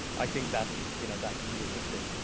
i think that, you know, that can be a good thing.